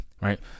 Right